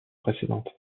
précédentes